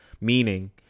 Meaning